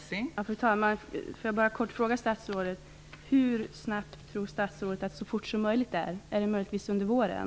Fru talman! Bara en kort fråga till statsrådet: Hur snabbt tror statsrådet att ''så fort som möjligt'' är? Är det möjligtvis under våren?